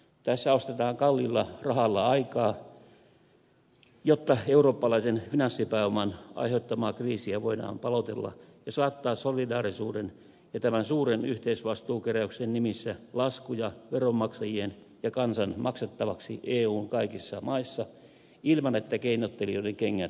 tässä ostetaan kalliilla rahalla aikaa jotta eurooppalaisen finanssipääoman aiheuttamaa kriisiä voidaan paloitella ja saattaa solidaarisuuden ja tämän suuren yhteisvastuukeräyksen nimissä laskuja veronmaksajien ja kansan maksettavaksi eun kaikissa maissa ilman että keinottelijoiden kengät kastuvat